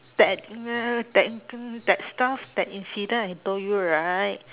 that that that stuff that incident I told you right